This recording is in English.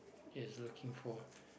is looking for